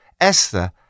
Esther